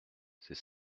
c’est